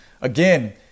Again